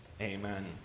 Amen